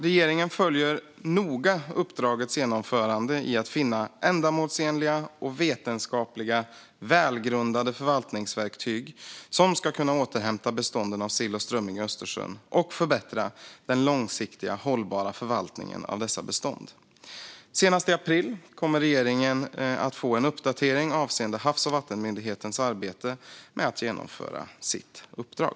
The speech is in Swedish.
Regeringen följer noga uppdragets genomförande i att finna ändamålsenliga och vetenskapligt välgrundade förvaltningsverktyg som ska kunna återhämta bestånden av sill och strömming i Östersjön och förbättra den långsiktigt hållbara förvaltningen av dessa bestånd. Senast i april kommer regeringen att få en uppdatering avseende Havs och vattenmyndighetens arbete med att genomföra sitt uppdrag.